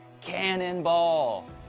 cannonball